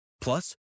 Plus